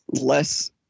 less